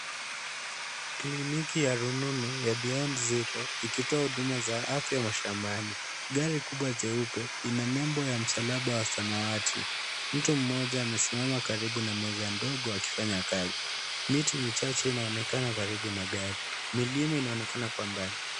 Kliniki ya rununu ya Beyond Zero ikitoa huduma za afya mashambani. Gari kubwa jeupe ina nembo ya msalaba wa samawati. Mtu mmoja amesimama karibu na meza ndogo akifanya kazi. Miti michache inaonekana karibu na gari. Milima inaonekana kwa mbali.